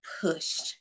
pushed